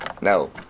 no